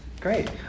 Great